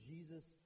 Jesus